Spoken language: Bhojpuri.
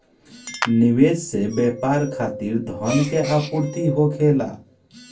निवेश से व्यापार खातिर धन के आपूर्ति होखेला